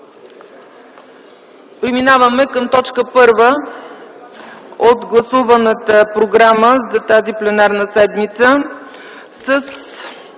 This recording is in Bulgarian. Преминаваме към точка първа от гласуваната програма за тази пленарна седмица: